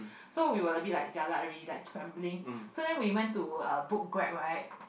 so we were a bit like jialat already like scrambling so then we went to uh book Grab right